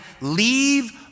leave